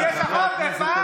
הפנים, יש לך עודף, מה?